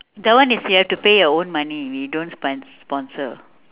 the one is you have to pay your own money we don't spons~ sponsor